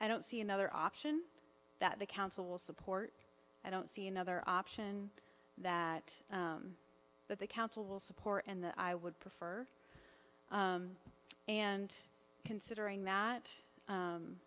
i don't see another option that the council will support i don't see another option that that the council will support and that i would prefer and considering that